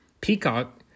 Peacock